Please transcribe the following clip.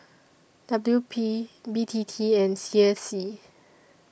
W P B T T and C S C